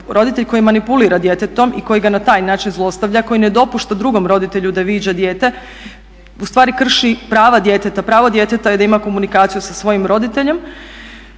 roditelj koji manipulira djetetom i koji ga na taj način zlostavlja, koji ne dopušta drugom roditelju da viđa dijete ustvari krši prava djeteta. Pravo djeteta je da ima komunikaciju sa svojim roditeljem.